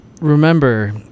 remember